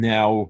Now